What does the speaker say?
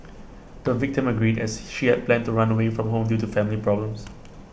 the victim agreed as she had planned to run away from home due to family problems